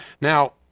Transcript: Now